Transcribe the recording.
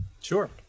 Sure